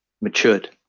matured